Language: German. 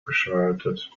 geschaltet